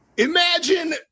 Imagine